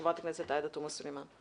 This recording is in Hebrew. בבקשה, חברת הכנסת עאידה תומא סולימאן.